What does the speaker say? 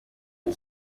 uri